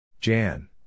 Jan